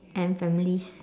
and families